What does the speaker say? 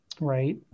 Right